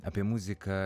apie muziką